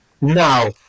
Now